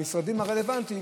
המשרדים הרלוונטיים,